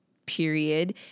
period